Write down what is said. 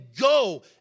go